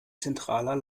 zentraler